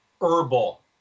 herbal